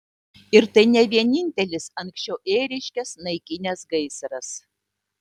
ir tai ne vienintelis anksčiau ėriškes naikinęs gaisras